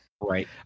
Right